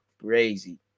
Crazy